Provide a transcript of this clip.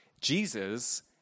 Jesus